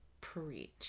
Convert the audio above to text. Preach